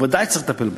וודאי שצריך לטפל בהם.